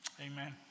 Amen